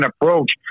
approach